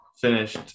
finished